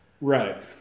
right